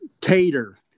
Tater